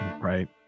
Right